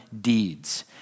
deeds